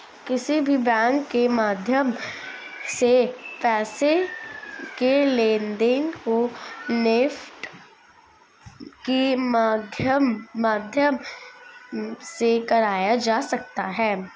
किसी भी बैंक के माध्यम से पैसे के लेनदेन को नेफ्ट के माध्यम से कराया जा सकता है